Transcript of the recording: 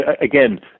again